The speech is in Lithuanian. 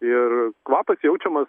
ir kvapas jaučiamas